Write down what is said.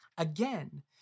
Again